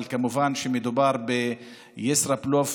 אבל כמובן שמדובר בישראבלוף,